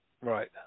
Right